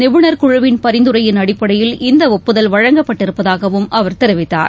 நிபுணர் குழுவின் பரிந்துரையின் அடிப்படையில் இந்த ஒப்புதல் வழங்கப்பட்டிருப்பதாகவும் அவர் தெரிவித்தார்